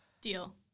Deal